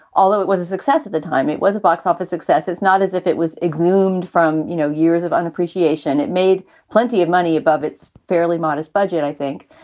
although it was a success at the time, it was a box office success. it's not as if it was exuma from, you know, years of un appreciation. it made plenty of money above its fairly modest budget, i think.